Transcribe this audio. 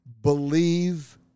Believe